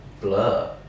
blur